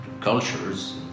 cultures